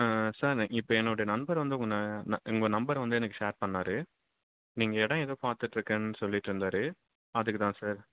sir இப்போ என்னுடைய நண்பர் வந்து உங்களை உங்கள் நம்பர் வந்து எனக்கு ஷேர் பண்ணார் நீங்கள் இடம் எதோ பார்த்துட்டு இருக்கேன்னு சொல்லிட்ருந்தார் அதுக்கு தான் சார்